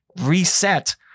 reset